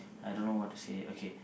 I don't know what to say okay